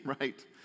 right